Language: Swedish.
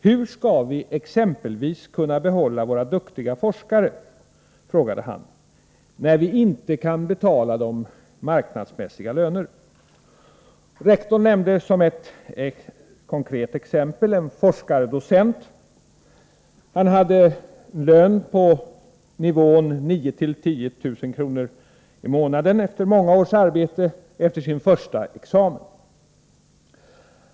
Hur skall vi exempelvis kunna behålla våra duktiga forskare, frågade han, när vi inte kan betala dem marknadsmässiga löner? Rektorn nämnde som ett konkret exempel en forskardocent. Han haädelön på nivån 9 000-10 000 kr. i månaden efter många års arbete efter sin forskarexamen.